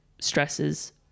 stresses